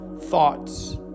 thoughts